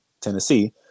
Tennessee